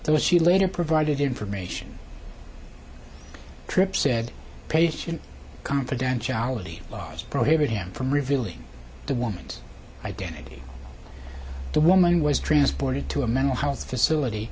though she later provided information trip said patient confidentiality laws prohibit him from revealing the woman's identity the woman was transported to a mental health facility